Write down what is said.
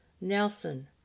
Nelson